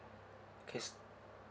case